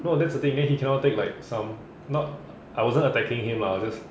no that's the thing then he cannot take like some not I wasn't attacking him lah just